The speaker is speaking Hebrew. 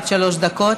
עד שלוש דקות.